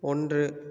ஒன்று